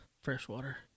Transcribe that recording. freshwater